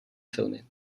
filmy